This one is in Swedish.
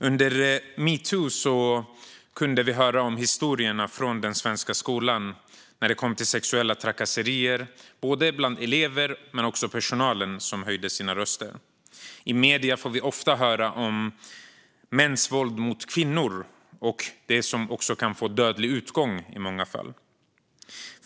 Under metoo kunde vi höra historier från den svenska skolan som handlade om sexuella trakasserier, både bland elever och bland personal. I medierna får vi ofta höra om mäns våld mot kvinnor, som också kan få dödlig utgång i många fall.